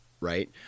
Right